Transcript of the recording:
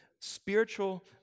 Spiritual